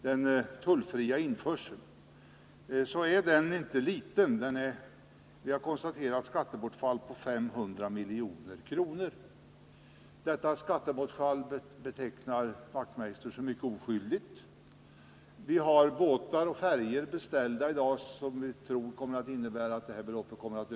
Den tullfria införseln av sprit är inte liten — vi har konstaterat ett skattebortfall på 500 milj.kr. Detta betecknar Knut Wachtmeister som oskyldigt. Det finns i dag beställningar på båtar och färjor som vi tror kommer att innebära att detta belopp ökar enormt.